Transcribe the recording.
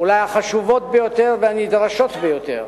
אולי החשובות ביותר והנדרשות ביותר